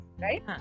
right